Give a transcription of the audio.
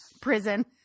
prison